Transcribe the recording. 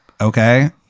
okay